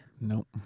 Nope